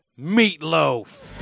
meatloaf